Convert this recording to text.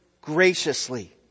graciously